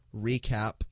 recap